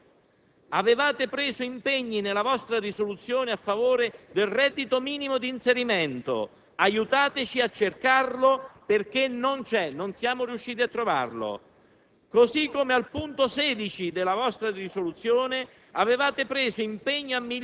*E* del dispositivo della vostra risoluzione del DPEF di luglio, che era necessario «rafforzare gli strumenti per la conciliazione tra vita lavorativa e vita personale e familiare», ossia sostenere la donna e la madre che lavora.